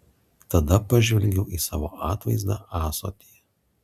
tada pažvelgiau į savo atvaizdą ąsotyje